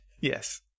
Yes